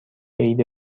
عید